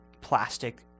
plastic